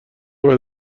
باید